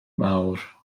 mawr